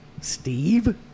Steve